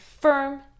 firm